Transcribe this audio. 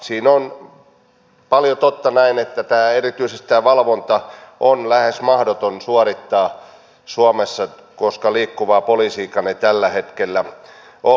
siinä on paljon totta että erityisesti tämä valvonta on lähes mahdoton suorittaa suomessa koska liikkuvaa poliisiakaan ei tällä hetkellä ole